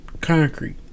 concrete